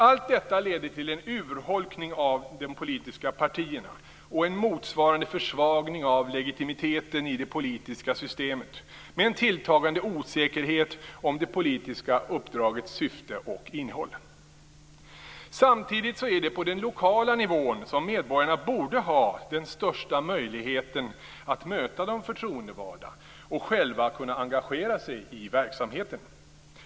Allt detta leder till en urholkning av de politiska partierna och en motsvarande försvagning av legitimiteten i det politiska systemet med en tilltagande osäkerhet om det politiska uppdragets syfte och innehåll. Samtidigt är det på den lokala nivån som medborgarna borde ha den största möjligheten att möta de förtroendevalda och själva kunna engagera sig i verksamheten.